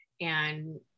and-